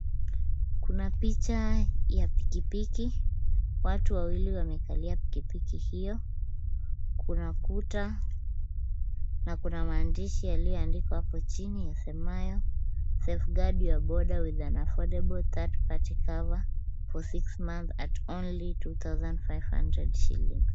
Kuna picha ya pikipiki. Watu wawili wamekalia pikipiki hiyo. Kuna kuta na kuna maandishi yaliyoandikwa hapo chini yasemayo safeguard your boda with an affordable third party cover for six months, at only two thousand five hundred shillings .